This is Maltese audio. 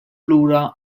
lura